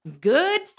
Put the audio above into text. Good